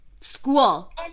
school